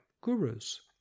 gurus